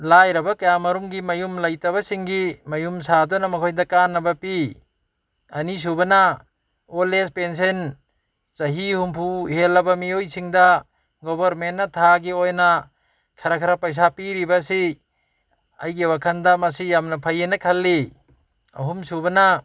ꯂꯥꯏꯔꯕ ꯀꯌꯥꯃꯔꯣꯝꯒꯤ ꯃꯌꯨꯝ ꯂꯩꯇꯕꯁꯤꯡꯒꯤ ꯃꯌꯨꯝ ꯁꯥꯗꯨꯅ ꯃꯈꯣꯏꯗ ꯀꯥꯟꯅꯕ ꯄꯤ ꯑꯅꯤꯁꯨꯕꯅ ꯑꯣꯜ ꯑꯦꯖ ꯄꯦꯟꯁꯤꯟ ꯆꯍꯤ ꯍꯨꯝꯐꯨ ꯍꯦꯜꯂꯕ ꯃꯤꯑꯣꯏꯁꯤꯡꯗ ꯒꯣꯕꯔꯃꯦꯟꯅ ꯊꯥꯒꯤ ꯑꯣꯏꯅ ꯈꯔ ꯈꯔ ꯄꯩꯁꯥ ꯄꯤꯔꯤꯕꯁꯤ ꯑꯩꯒꯤ ꯋꯥꯈꯜꯗ ꯃꯁꯤ ꯌꯥꯝꯅ ꯐꯩ ꯍꯥꯏꯅ ꯈꯜꯂꯤ ꯑꯍꯨꯝꯁꯨꯕꯅ